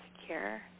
secure